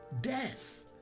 death